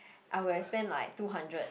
I would have spent like two hundred